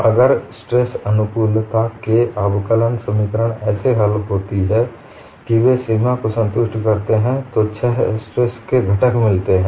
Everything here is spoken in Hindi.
अगर स्ट्रेस अनुकूलता के अवकलन समीकरण ऐसे हल होती है कि वे सीमा को संतुष्ट करते हैं तो छह स्ट्रेस के घटक मिलते हैं